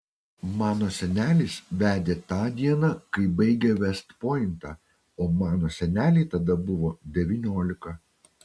mano senelis vedė tą dieną kai baigė vest pointą o mano senelei tada buvo devyniolika